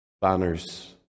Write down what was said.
banners